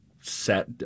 set